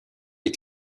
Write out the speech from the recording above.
les